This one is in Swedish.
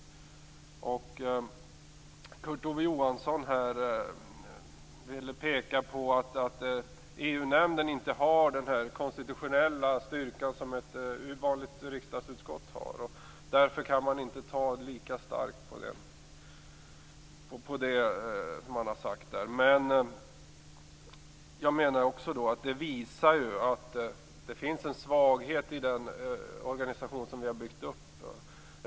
Kurt Ove Johansson ville påpeka att EU-nämnden inte har den konstitutionella styrka som ett vanligt riksdagsutskott har. Därför kan man inte ta lika starkt på det som sagts där. Jag menar att det visar att det finns en svaghet i den organisation som vi har byggt upp.